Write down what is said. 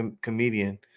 comedian